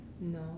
No